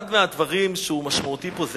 אחד מהדברים שהוא משמעותי פה זה